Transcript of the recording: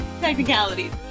Technicalities